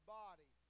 body